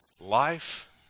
life